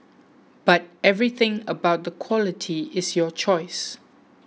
but everything about the quality is your choice